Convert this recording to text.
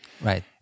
Right